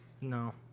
No